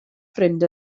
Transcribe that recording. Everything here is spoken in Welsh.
ffrind